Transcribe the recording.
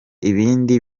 ibindi